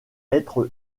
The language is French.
être